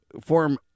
form